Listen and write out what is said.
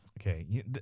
Okay